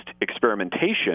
experimentation